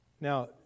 Now